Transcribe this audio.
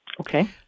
Okay